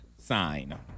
sign